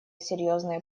серьезные